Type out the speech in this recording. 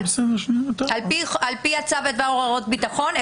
על פי צו בדבר הוראות ביטחון,